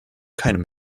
keinem